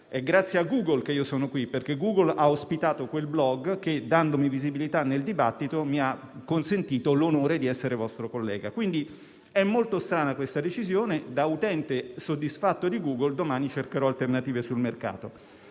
grazie a Google che io sono qui, perché Google ha ospitato quel *blog* che, dandomi visibilità nel dibattito, mi ha consentito l'onore di essere vostro collega. È quindi molto strana questa decisione e, da utente soddisfatto di Google, domani cercherò alternative sul mercato.